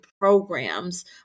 programs